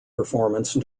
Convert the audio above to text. performance